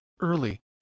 early